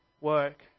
work